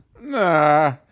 Nah